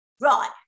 Right